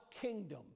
kingdom